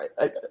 right